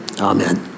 Amen